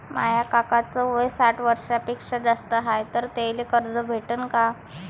माया काकाच वय साठ वर्षांपेक्षा जास्त हाय तर त्याइले कर्ज भेटन का?